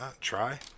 try